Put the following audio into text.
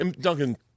Duncan